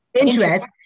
Interest